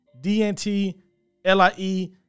d-n-t-l-i-e